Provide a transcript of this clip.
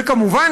וכמובן,